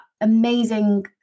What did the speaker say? amazing